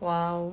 !wow!